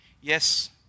yes